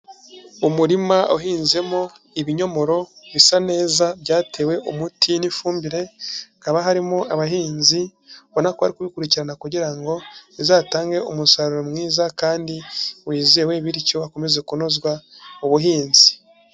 Umurima uhinzemo ibinyomoro bisa neza byatewe umuti n'ifumbire, hakaba harimo abahinzi ubona ko bari kubikurikirana kugira ngo bizatange umusaruro mwiza kandi wizewe, bityo hakomeze kunozwa ubuhinzi.